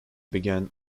began